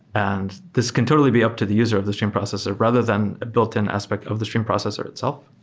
and this can totally be up to the user of the stream processor rather than a built-in aspect of the stream processor itself